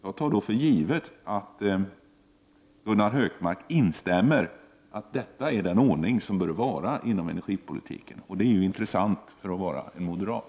Jag tar då för givet att Gunnar Hökmark instämmer i att detta är den ordning som bör gälla inom energipolitiken. Det är intressant för att komma från en moderat.